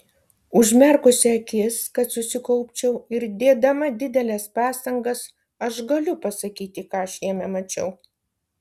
užmerkusi akis kad susikaupčiau ir dėdama dideles pastangas aš galiu pasakyti ką aš jame mačiau